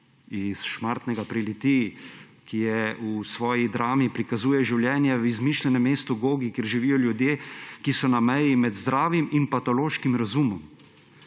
iz Šmarnega pri Litiji, ki v svoji drami prikazuje življenje v izmišljenem mestu Gogi, kjer živijo ljudje, ki so na meji med zdravim in patološkim razumom.